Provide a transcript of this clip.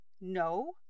No